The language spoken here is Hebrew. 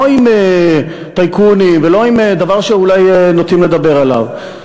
לא עם טייקונים ולא עם דבר שאולי נוטים לדבר עליו,